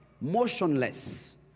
motionless